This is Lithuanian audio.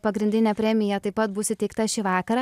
pagrindinė premija taip pat bus įteikta šį vakarą